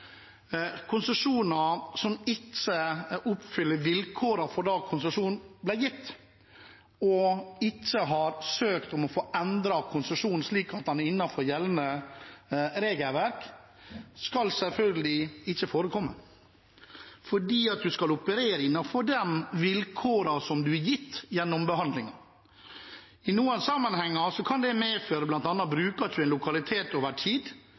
konsesjoner ikke oppfyller vilkårene som gjaldt da konsesjonene ble gitt, og at man ikke har søkt om å få endret konsesjonen, slik at den er innenfor gjeldende regelverk, skal selvfølgelig ikke forekomme, for man skal operere innenfor de vilkårene som man har blitt gitt gjennom behandlingen. I noen sammenhenger kan det medføre at hvis man f.eks. ikke bruker en lokalitet over tid,